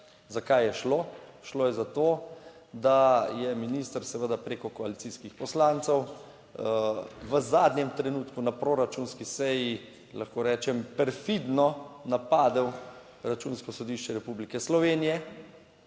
Za kaj je šlo? Šlo je za to, da je minister seveda preko koalicijskih poslancev, v zadnjem trenutku na proračunski seji, lahko rečem, perfidno napadel Računsko sodišče Republike Slovenije